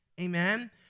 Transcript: Amen